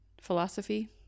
philosophy